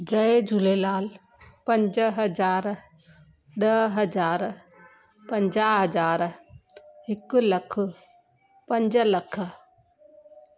जय झूलेलाल पंज हज़ार ॾह हजार पंजाहु हज़ार हिकु लखु पंज लख